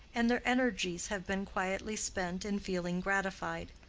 and their energies have been quietly spent in feeling gratified.